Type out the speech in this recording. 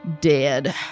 dead